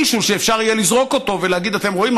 מישהו שאפשר יהיה לזרוק אותו ולהגיד: אתם רואים,